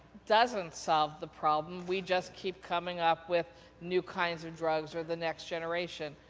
doesn't solve the problem. we just keep coming up with new kinds of drugs or the next generation.